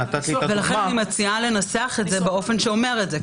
לכן אני מציעה לנסח את זה באופן שאומר את זה,